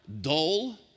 dull